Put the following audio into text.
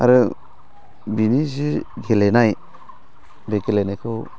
आरो बिनि जि गेलेनाय बे गेलेनायखौ